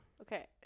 Okay